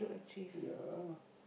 ya